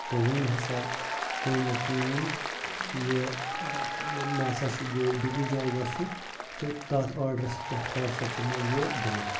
تہٕ وۄنۍ ہسا گے مےٚ کٲم یہِ مےٚ ہسا چھُ گوو چھُ بیٚیہِ کہِ جایہِ گژھُن تہٕ تَتھ آڈرَس پٮ۪ٹھ کر سا ژٕ مےٚ یہِ ڈلِور